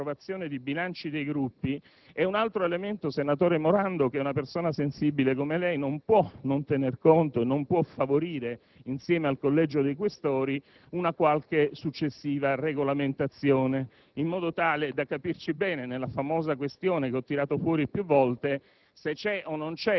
Il fatto che non ci sia un regolamento per i criteri di approvazione dei bilanci dei Gruppi è un altro elemento, senatore Morando, di cui una persona sensibile come lei non può non tener conto e per il quale non può non favorire, insieme al Collegio dei Questori, qualche successiva regolamentazione, in modo tale da capire bene la famosa